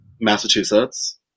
massachusetts